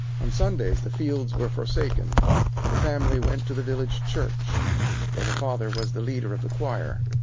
on sundays the fields were forsaken and the family went to the village church where the father was the leader of the choir.